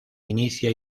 inicia